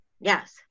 Yes